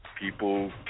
people